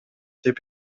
деп